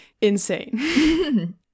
insane